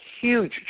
huge